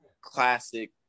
classic